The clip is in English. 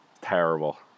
Terrible